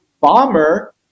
bomber